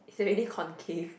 is already concave